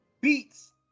beats